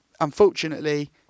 unfortunately